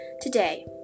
today